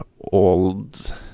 old